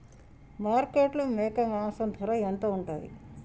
మార్కెట్లో మేక మాంసం ధర ఎంత ఉంటది?